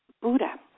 Buddha